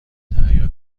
دریا